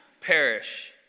perish